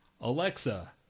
Alexa